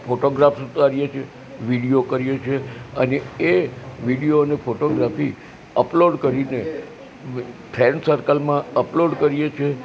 photography ઉતારીએ છીએ video કરીએ છીએ અને એ વિડિયોને ફોટોગ્રાફી અપલોડ કરીને ફ્રેંડ સર્કલમાં અપલોડ કરીએ છીએ